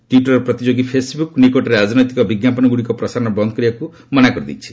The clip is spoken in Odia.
ଟ୍ୱିଟର୍ର ପ୍ରତିଯୋଗୀ ଫେସ୍ବୁକ୍ ନିକଟରେ ରାଜନୈତିକ ବିଜ୍ଞାପନଗୁଡ଼ିକ ପ୍ରସାରଣ ବନ୍ଦ୍ କରିବାକୁ ମନା କରିଦେଇଛି